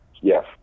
Yes